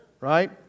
right